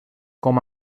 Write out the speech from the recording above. com